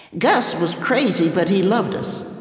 gus was crazy, but he loved us.